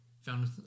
Found